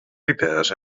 repairs